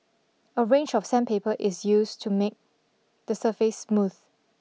a range of sandpaper is used to make the surface smooth